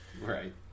Right